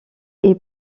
est